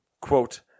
Quote